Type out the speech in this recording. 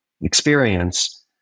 experience